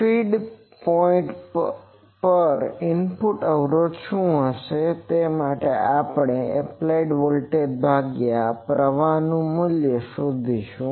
feed point પર input અવરોધ શું હશે તેમાટે આપણે એપ્લાઇડ વોલ્ટેજ ભાગ્યા પ્રવાહ નું મૂલ્ય શોધીશું